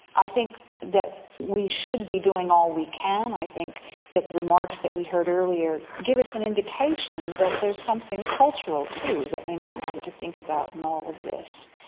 i think that we should be doing all we can. i think the remarks that we heard earlier give us an indication that there's something cultural too that we might want to think about in all of this,